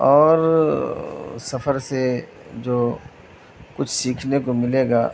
اور سفر سے جو کچھ سیکھنے کو ملے گا